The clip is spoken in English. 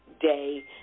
day